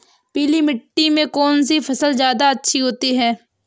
पीली मिट्टी में कौन सी फसल ज्यादा अच्छी होती है?